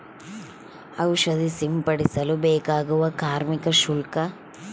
ಔಷಧಿ ಸಿಂಪಡಿಸಲು ಬೇಕಾಗುವ ಕಾರ್ಮಿಕ ಶುಲ್ಕ?